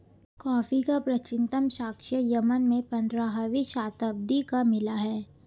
coffee का प्राचीनतम साक्ष्य यमन में पंद्रहवी शताब्दी का मिला है